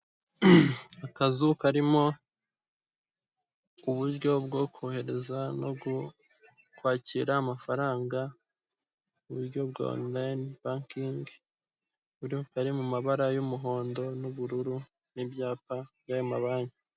akazu karimo uburyo bwo kohereza no kwakira amafaranga kuburyo bwa online banking buri mu mabara y'umuhondo n'ubururu n'ibyapa by'amabanki.